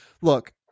look